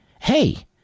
Hey